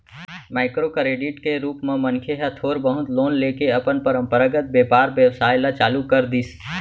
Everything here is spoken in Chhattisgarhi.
माइक्रो करेडिट के रुप म मनखे ह थोर बहुत लोन लेके अपन पंरपरागत बेपार बेवसाय ल चालू कर दिस